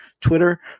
Twitter